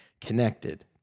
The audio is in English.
connected